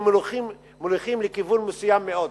הם מוליכים לכיוון מסוים מאוד.